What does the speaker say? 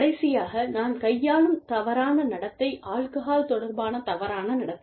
கடைசியாக நான் கையாளும் தவறான நடத்தை ஆல்கஹால் தொடர்பான தவறான நடத்தை